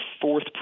fourth